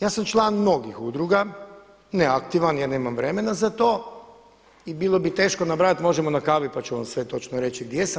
Ja sam član mnogih udruga, ne aktivan jer nemam vremena za to i bilo bi teško nabrajati možemo n a kavi pa ću vam sve točno reći gdje sam.